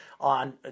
on